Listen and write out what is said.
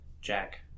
Jack